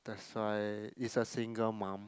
that's why is a single mum